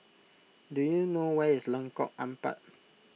do you know where is Lengkok Empat